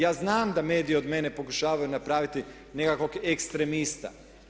Ja znam da mediji od mene pokušavaju napraviti nekakvog ekstremista.